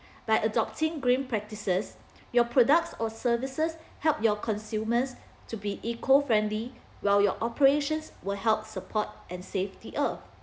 by adopting green practices your products or services help your consumers to be eco friendly while your operations will help support and save the earth